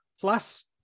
Plus